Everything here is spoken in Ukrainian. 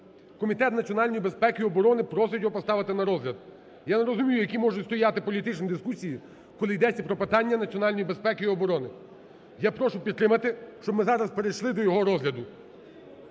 Комітет національної безпеки і оброни просить його поставити на розгляд. Я не розумію, які можуть стояти політичні дискусії, коли йдеться про питання національної безпеки і оборони. Я прошу підтримати, щоб ми зараз перейшли до його розгляду.